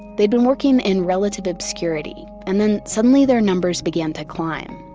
they had been working in relative obscurity and then suddenly their numbers began to climb.